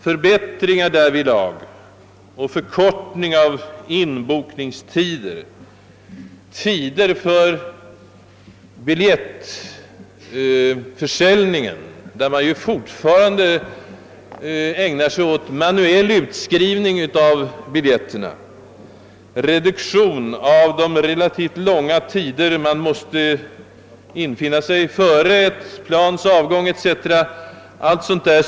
Förbättringar därvidlag samt förkortning av inbokningstider och tider för biljettförsäljningen, där man ju fortfarande ägnar sig åt manuell utskrivning av biljetterna, reduktion av de relativt långa tider före ett plans avgång som man måste infinna sig på flygplatsen etc.